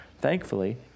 thankfully